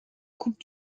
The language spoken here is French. coupe